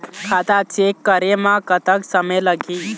खाता चेक करे म कतक समय लगही?